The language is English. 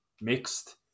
mixed